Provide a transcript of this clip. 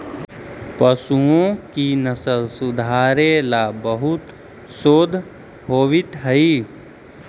पशुओं की नस्ल सुधारे ला बहुत शोध होवित हाई